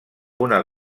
una